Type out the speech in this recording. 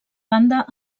banda